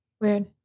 weird